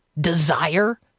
desire